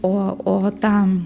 o o tam